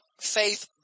faith